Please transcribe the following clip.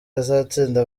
azatsinda